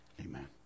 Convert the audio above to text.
Amen